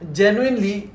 genuinely